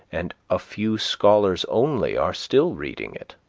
and a few scholars only are still reading it.